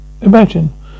Imagine